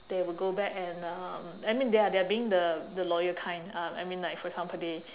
they would go back and um I mean they are they are being the the loyal kind um I mean like for example they